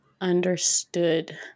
Understood